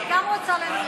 אני גם רוצה לנמק.